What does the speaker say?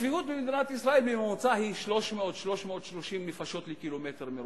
הצפיפות במדינת ישראל היא בממוצע 300 330 נפשות לקמ"ר.